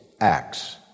acts